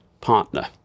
partner